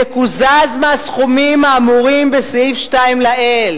תקוזז מהסכומים האמורים בסעיף 2 לעיל",